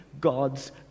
God's